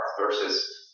versus